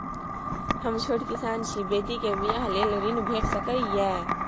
हम छोट किसान छी, बेटी के बियाह लेल ऋण भेट सकै ये?